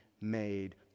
made